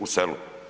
U selu.